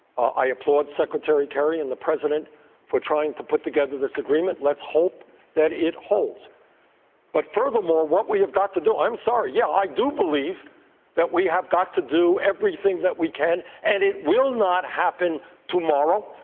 i applaud secretary kerry and the president for trying to put together this agreement. let's hope that it holds. sanders but furthermore, what we have got to do, i'm sorry, yes, yeah i do believe that we have got to do everything that we can, and it will not happen tomorrow.